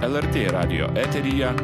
lrt radijo eteryje